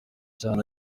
cyane